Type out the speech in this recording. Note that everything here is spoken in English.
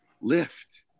lift